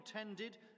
intended